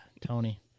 Tony